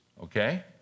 okay